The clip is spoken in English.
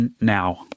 now